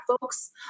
folks